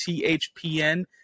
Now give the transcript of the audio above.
THPN